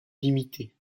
limité